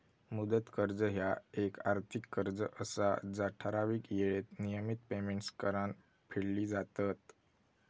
मुदत कर्ज ह्या येक आर्थिक कर्ज असा जा ठराविक येळेत नियमित पेमेंट्स करान फेडली जातत